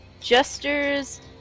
Jester's